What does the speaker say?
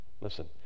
Listen